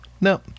No